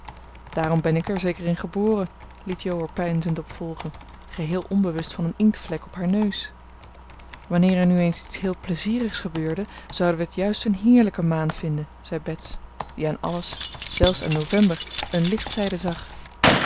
daarom ben ik er zeker in geboren liet jo er peinzend op volgen geheel onbewust van een inktvlek op haar neus wanneer er nu eens iets heel plezierigs gebeurde zouden we het juist een heerlijke maand vinden zei bets die aan alles zelfs aan november eene lichtzijde zag